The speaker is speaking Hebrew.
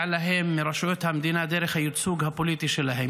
להם מרשויות המדינה דרך הייצוג הפוליטי שלהם.